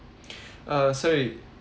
uh sorry